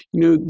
you know,